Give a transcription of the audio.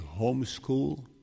homeschool